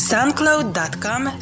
Soundcloud.com